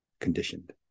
conditioned